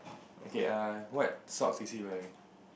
okay err what socks is he wearing